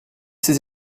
ses